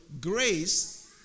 Grace